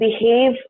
behave